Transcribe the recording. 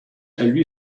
lui